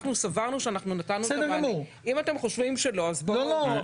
סברנו שנתנו מענה, אם אתם חושבים שלא אז תציעו.